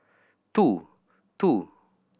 two